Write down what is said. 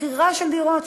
מכירה של דירות,